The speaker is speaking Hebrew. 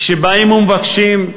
כשבאים ומבקשים,